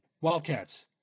Wildcats